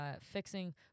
fixing